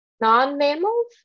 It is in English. non-mammals